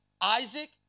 Isaac